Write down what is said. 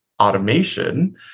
automation